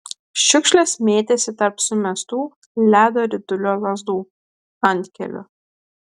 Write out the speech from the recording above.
šiukšlės mėtėsi tarp sumestų ledo ritulio lazdų antkelių